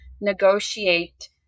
negotiate